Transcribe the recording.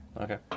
Okay